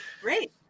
Great